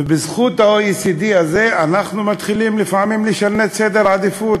בזכות ה-OECD הזה אנחנו מתחילים לפעמים לשנות את סדר העדיפויות,